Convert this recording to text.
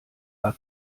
war